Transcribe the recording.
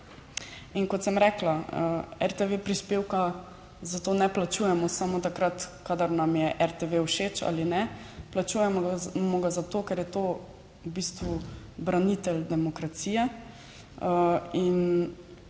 In kot sem rekla, RTV prispevka za to ne plačujemo samo takrat, kadar nam je RTV všeč ali ne, plačujemo ga zato, ker je to v bistvu branitelj demokracije. In